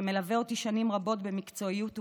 שמלווה אותי שנים רבות במקצועיות ובחום,